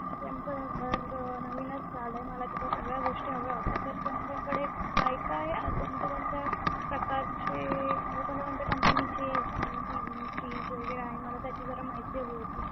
actually आमचं घर नवीनच झालं आहे मला तिथे सगळ्या गोष्टी हव्या होत्या तर तुमच्याकडे काय काय कोणत्या कोणत्या प्रकारचे म्हणजे कोणत्या कोणत्या कंपनीचे टी वी फ्रीज वगैरे आहे मला त्याची जरा माहिती हवी होती